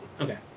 Okay